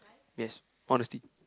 yes honesty